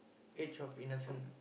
age of innocence